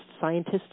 scientists